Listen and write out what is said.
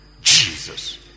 Jesus